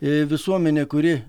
i visuomenė kuri